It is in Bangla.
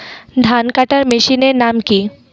ধান কাটার মেশিনের নাম কি?